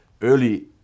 early